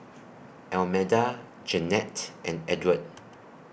Almeda Jennette and Edward